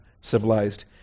civilized